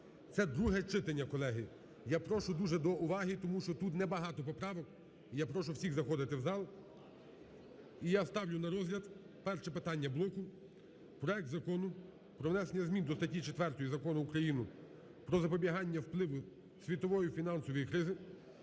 Це друге читання, колеги. Я прошу дуже до уваги, тому що тут не багато поправок, і я прошу всіх заходити в зал. І я ставлю на розгляд перше питання блоку. Проект Закону про внесення змін до статті 4 Закону України "Про запобігання впливу світової фінансової кризи